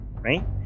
Right